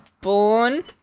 born